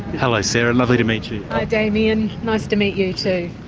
hello sarah, lovely to meet you. hi damien, nice to meet you too.